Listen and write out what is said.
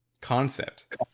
concept